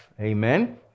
Amen